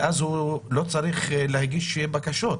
ואז הוא לא צריך כדי להגיש בקשות,